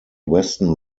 weston